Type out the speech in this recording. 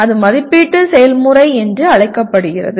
அது மதிப்பீட்டு செயல்முறை என்று அழைக்கப்படுகிறது